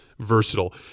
versatile